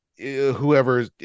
whoever